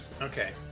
Okay